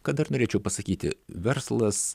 ką dar norėčiau pasakyti verslas